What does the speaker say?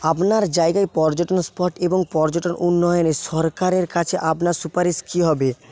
আপনার জায়গায় পর্যটন স্পট এবং পর্যটন উন্নয়নে সরকারের কাছে আপনার সুপারিশ কী হবে